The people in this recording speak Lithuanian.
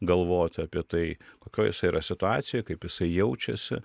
galvot apie tai kokioj jisai yra situacijoj kaip jisai jaučiasi